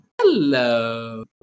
Hello